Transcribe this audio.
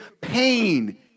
pain